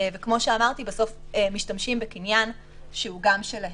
וכמו שאמרתי, בסוף משתמשים בקניין שהוא גם שלהם.